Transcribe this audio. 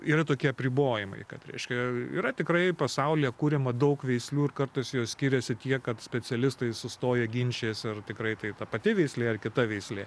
yra tokie apribojimai kad reiškia yra tikrai pasaulyje kuriama daug veislių ir kartais jos skiriasi tiek kad specialistai sustoję ginčijasi ar tikrai tai ta pati veislė ar kita veislė